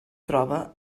troba